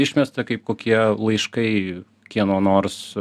išmesta kaip kokie laiškai kieno nors